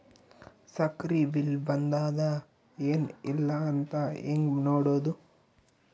ಸಕ್ರಿ ಬಿಲ್ ಬಂದಾದ ಏನ್ ಇಲ್ಲ ಅಂತ ಹೆಂಗ್ ನೋಡುದು?